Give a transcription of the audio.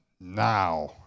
now